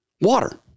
water